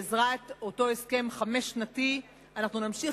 בעזרת אותו הסכם חמש-שנתי אנחנו נמשיך